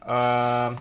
err